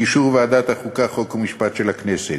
באישור ועדת החוקה, חוק ומשפט של הכנסת.